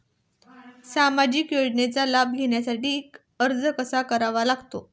सामाजिक योजनांचा लाभ घेण्यासाठी अर्ज कसा करावा लागतो?